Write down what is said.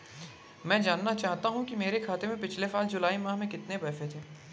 मैं जानना चाहूंगा कि मेरे खाते में पिछले साल जुलाई माह में कितने पैसे थे?